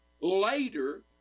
later